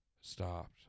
stopped